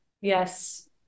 Yes